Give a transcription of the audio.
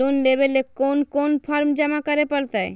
Loan लेवे ले कोन कोन फॉर्म जमा करे परते?